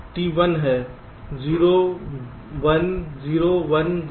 T1 है 0 1 0 1 0